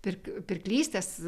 pirk pirklystės